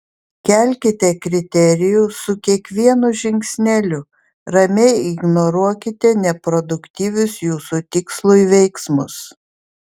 kelkite kriterijų su kiekvienu žingsneliu ramiai ignoruokite neproduktyvius jūsų tikslui veiksmus